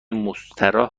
مستراح